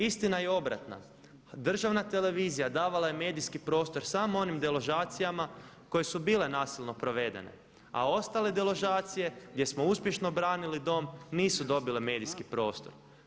Istina je obratna, državna televizija davala je medijski prostor samo onim deložacijama koje su bile nasilno provedene a ostale deložacije gdje smo uspješno obranili dom nisu dobile medijski prostor.